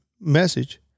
message